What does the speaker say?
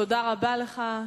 תודה רבה לך.